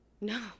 no